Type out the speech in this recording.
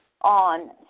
on